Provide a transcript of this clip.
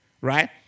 Right